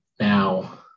Now